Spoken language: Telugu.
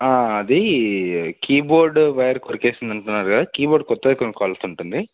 అది కీబోర్డ్ వైర్ కొరికేసింది అంటున్నారు కదా కీబోర్డ్ కొత్తగా కొనుక్కోవల్సి ఉంటుంది